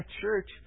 church